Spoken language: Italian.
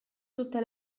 tutte